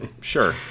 sure